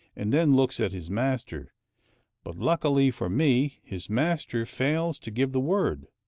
and then looks at his master but luckily for me his master fails to give the word.